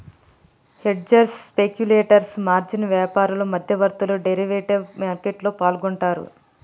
hedgers, speculators, margin వ్యాపారులు, మధ్యవర్తులు derivative మార్కెట్లో పాల్గొంటరు